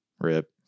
Rip